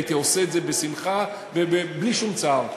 הייתי עושה את זה בשמחה ובלי שום צער.